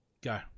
Go